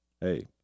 hey